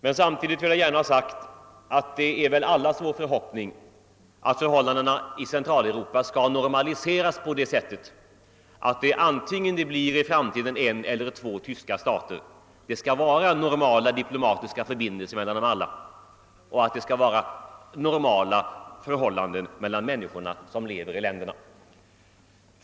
Men samtidigt vill jag gärna ha sagt — och det är väl allas vår förhoppning — att förhållandena i Centraleuropa bör normaliseras på det sättet att det, vare sig det i framtiden blir en eller två tyska stater, skall vara normala förhållanden mellan de människor som lever där.